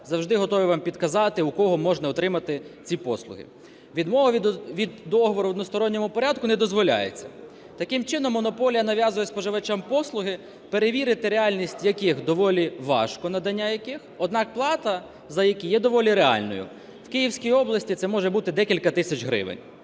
завжди готовий вам підказати, у кого можна отримати ці послуги. Відмова від договору в односторонньому порядку не дозволяється. Таким чином, монополія нав'язує споживачам послуги, перевірити реальність яких доволі важко, надання яких, однак плата за які є доволі реальною. В Київській області це може бути декілька тисяч гривень.